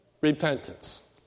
repentance